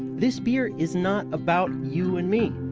this beer is not about you and me.